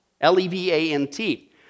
L-E-V-A-N-T